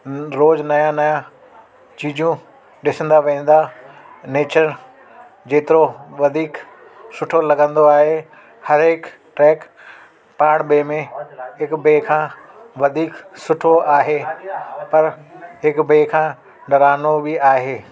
रोज नयां नयां चीजूं ॾिसंदा वेंदा नेचर जेतिरो वधीक सुठो लॻंदो आहे हर हिकु ट्रैक पाण ॿिए में हिकु ॿिए खां वधीक सुठो आहे पर हिकु ॿिए खां बरानो बि आहे